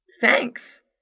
Thanks